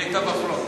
היא היתה בפרונט.